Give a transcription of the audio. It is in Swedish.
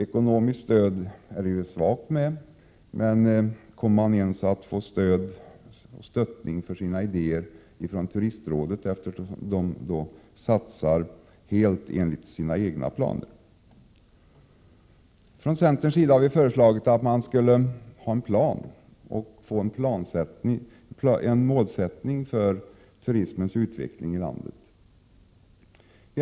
Ekonomiskt stöd är det klent med, men kommer man ens att stöttas för sina idéer av Turistrådet, som satsar helt enligt sina egna planer? Från centerns sida har vi föreslagit att en plan skulle utarbetas där målsättningen för turismens utveckling i landet skulle anges.